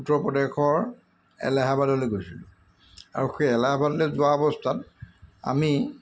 উত্তৰ প্ৰদেশৰ এলাহাবাদলৈ গৈছিলোঁ আৰু সেই এলাহাবাদলৈ যোৱা অৱস্থাত আমি